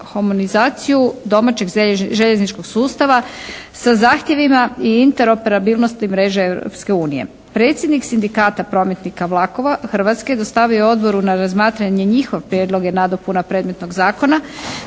Hrvatske dostavio je odboru na razmatranje njihov prijedlog je nadopuna predmetnog zakona